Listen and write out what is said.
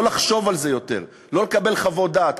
לא לחשוב על זה יותר, לא לקבל חוות דעת.